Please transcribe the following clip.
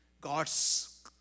God's